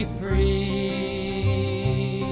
free